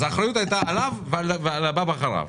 אז האחריות הייתה עליו ועל הבא אחריו.